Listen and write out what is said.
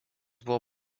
buvo